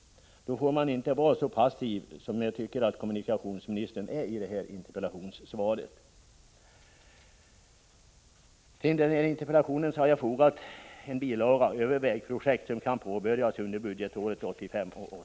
Då får man inte vara så passiv som jag tycker att kommunikationsministern är i interpellationssvaret. Till interpellationen har jag fogat en bilaga över vägprojekt som kan påbörjas under budgetåret 1985/86.